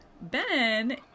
Ben